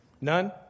None